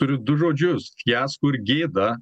turiu du žodžius fiasko ir gėda